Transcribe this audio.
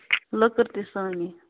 لٔکٕر تہِ سٲنی